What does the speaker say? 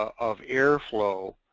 of air flow,